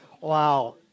wow